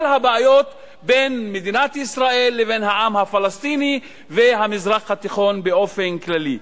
הבעיות בין מדינת ישראל לבין העם הפלסטיני והמזרח התיכון באופן כללי.